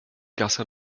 gasse